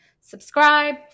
subscribe